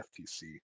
FTC